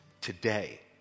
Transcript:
today